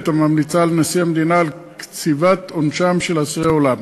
הממליצה לנשיא המדינה על קציבת עונשם של אסירי עולם.